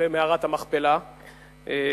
במערת המכפלה בחברון,